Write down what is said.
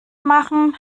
machen